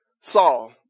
Saul